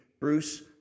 Bruce